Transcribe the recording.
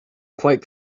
quite